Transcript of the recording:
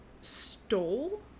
stole